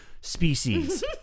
species